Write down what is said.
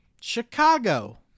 Chicago